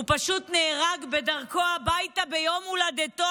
הוא פשוט נהרג בדרכו הביתה ביום הולדתו